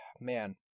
man